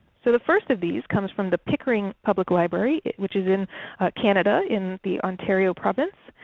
so the first of these comes from the pickering public library which is in canada, in the ontario province.